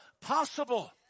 possible